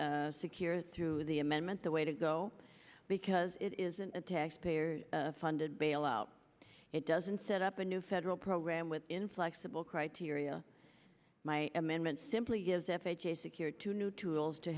a secure through the amendment the way to go because it isn't a taxpayer funded bailout it doesn't set up a new federal program with inflexible criteria my amendment simply gives f h a secure to new tools to